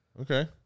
Okay